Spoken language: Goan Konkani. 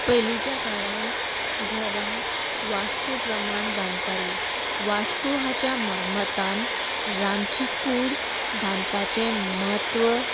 पयलींच्या काळांत घरां वास्तू प्रमाण बांदताली वास्तू हाच्या मामतान रांदची कूड बांदपाचें म्हत्व